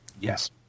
Yes